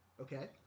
Okay